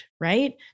right